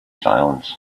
silence